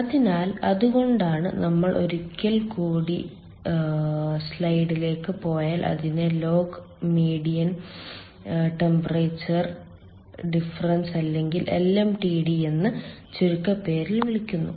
അതിനാൽ അതുകൊണ്ടാണ് നമ്മൾ ഒരിക്കൽ കൂടി സ്ലൈഡിലേക്ക് പോയാൽ അതിനെ ലോഗ് മീഡിയൻ ടെമ്പറേച്ചർ ഡിഫറൻസ് അല്ലെങ്കിൽ LMTD എന്ന ചുരുക്കപ്പേരിൽ വിളിക്കുന്നു